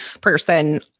person